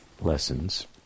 lessons